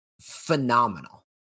Phenomenal